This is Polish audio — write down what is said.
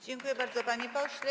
Dziękuję bardzo, panie pośle.